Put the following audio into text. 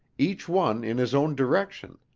each one in his own direction.